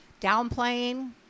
downplaying